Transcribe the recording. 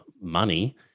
money